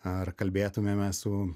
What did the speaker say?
ar kalbėtumėme su